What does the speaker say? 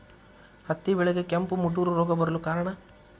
ಹತ್ತಿ ಬೆಳೆಗೆ ಕೆಂಪು ಮುಟೂರು ರೋಗ ಬರಲು ಕಾರಣ?